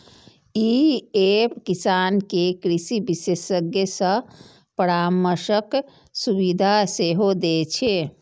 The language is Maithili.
ई एप किसान कें कृषि विशेषज्ञ सं परामर्शक सुविधा सेहो दै छै